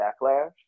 backlash